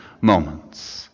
moments